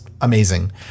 amazing